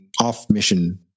off-mission